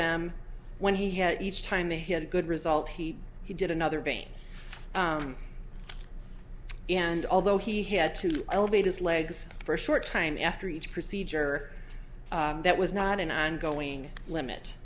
them when he had each time he had a good result he did another brain and although he had to elevate his legs for a short time after each procedure that was not an ongoing limit